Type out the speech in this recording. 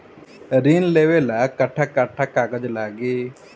ऋण लेवेला कट्ठा कट्ठा कागज लागी?